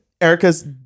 Erica's